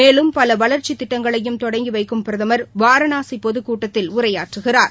மேலும் பல் வளர்ச்சி திட்டங்களையும் தொடங்கி வைக்கும் பிரதமர் வாராணாசி பொது கூட்டத்தில் உரையாற்றுகிறார்